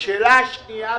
השאלה השנייה,